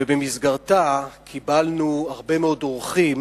ובמסגרתה קיבלנו הרבה מאוד אורחים